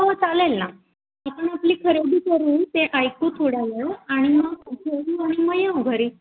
हो चालेल ना आपण आपली खरेदी करू ते ऐकू थोड्या वेळ आणि मग जेवू आणि मग येऊ घरी